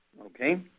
okay